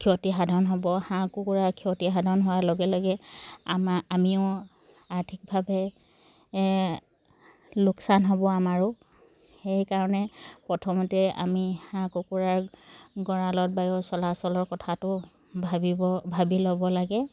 ক্ষতি সাধন হ'ব হাঁহ কুকুৰাৰ ক্ষতি সাধন হোৱাৰ লগে লগে আমা আমিও আৰ্থিকভাৱে লোকচান হ'ব আমাৰো সেইকাৰণে প্ৰথমতে আমি হাঁহ কুকুৰাৰ গঁৰালত বায়ু চলাচলৰ কথাটো ভাবিব ভাবি ল'ব লাগে